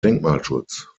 denkmalschutz